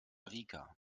rica